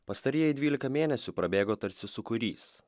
pastarieji dvylika mėnesių prabėgo tarsi sūkurys